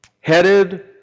Headed